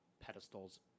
pedestals